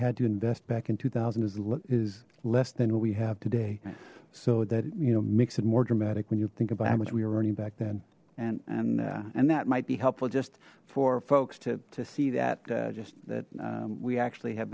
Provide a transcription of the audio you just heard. had to invest back in two thousand as look is less than what we have today so that you know makes it more dramatic when you think about how much we were earning back then and and that might be helpful just for folks to see that just that we actually ha